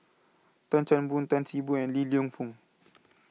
Tan Chan Boon Tan See Boo and Li Lienfung